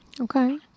Okay